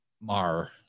mar